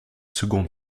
seconde